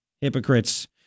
Hypocrites